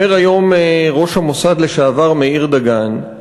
אומר היום ראש המוסד לשעבר, מאיר דגן,